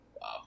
Wow